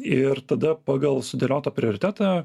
ir tada pagal sudėliotą prioritetą